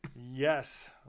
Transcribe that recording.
Yes